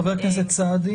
חבר הכנסת סעדי.